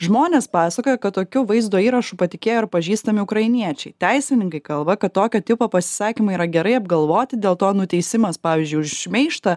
žmonės pasakojo kad tokiu vaizdo įrašu patikėjo ir pažįstami ukrainiečiai teisininkai kalba kad tokio tipo pasisakymai yra gerai apgalvoti dėl to nuteisimas pavyzdžiui už šmeižtą